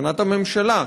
בכוונת הממשלה,